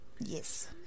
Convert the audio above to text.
Yes